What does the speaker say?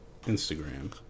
Instagram